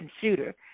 shooter